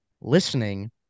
listening